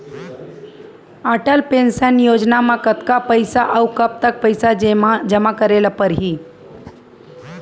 Atal pension योजना म कतका पइसा, अऊ कब तक पइसा जेमा करे ल परही?